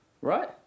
right